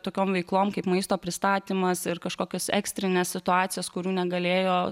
tokiom veiklom kaip maisto pristatymas ir kažkokios ekstrinės situacijos kurių negalėjo